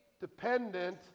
dependent